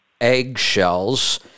eggshells